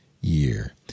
year